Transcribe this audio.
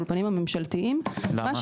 את האולפנים הממשלתיים --- למה?